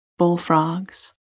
bullfrogs